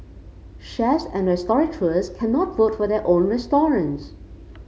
chefs and restaurateurs cannot vote for their own restaurants